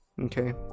okay